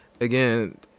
again